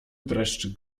dreszcz